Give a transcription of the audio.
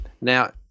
Now